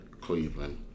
Cleveland